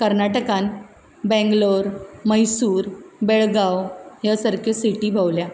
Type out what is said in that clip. कर्नाटकान बँग्लोर मैसूर बेळगांव ह्या सारक्यो सिटी भोंवल्या